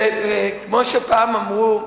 זה כמו שפעם אמרו,